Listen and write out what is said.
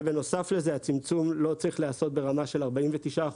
ובנוסף לזה הצמצום לא צריך להיעשות ברמה של 49%,